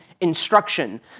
instruction